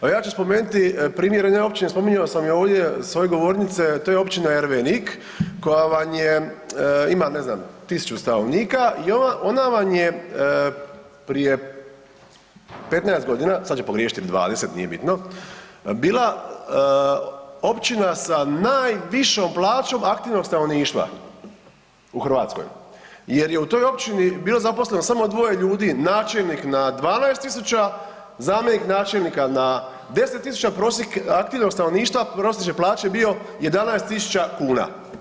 Pa ja ću spomenuti primjer jedne općine, spominjao sam i ovdje s ove govornice, to je općina Ervenik koja vam je, ima ne znam 1000 stanovnika i ona vam je prije 15.g., sad ću pogriješiti, 20. nije bitno, bila općina sa najvišom plaćom aktivnog stanovništva u Hrvatskoj jer je u toj općini bilo zaposleno samo dvoje ljudi, načelnik na 12.000, zamjenik načelnika na 10.000, prosjek aktivnog stanovništva prosječne plaće je bio 11.000 kuna.